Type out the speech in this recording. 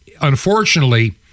unfortunately